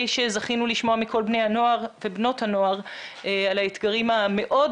שזכינו לשמוע מכל בני הנוער ובנות הנוער על האתגרים המאוד